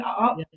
up